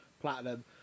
Platinum